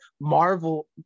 Marvel